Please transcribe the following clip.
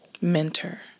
mentor